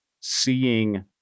seeing